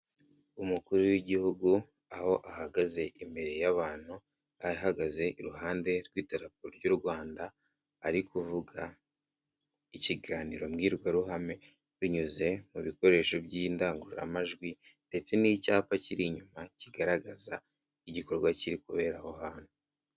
Umukuru w'Igihugu aho ahagaze imbere y'abantu, ahagaze iruhande rw'idarapo ry'u Rwanda arikuvuga ikiganiro mbwirwaruhame binyuze mu bikoresho by'indangururamajwi ndetse n'icyapa kiri inyuma kigaragaza igikorwa kiri kubera aho hantu.